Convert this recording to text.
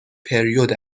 پریود